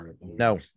No